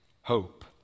hope